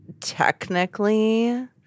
technically